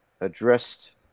addressed